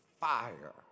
fire